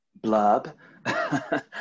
blurb